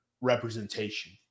representation